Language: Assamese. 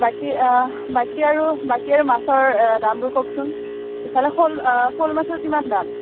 বাকী বাকী আৰু বাকী আৰু মাছৰ দামবোৰ কওকচোন ইফালে শ'ল শ'ল মাছৰ কিমান দাম